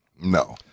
No